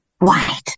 white